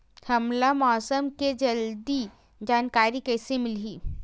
हमला मौसम के जल्दी जानकारी कइसे मिलही?